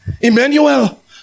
Emmanuel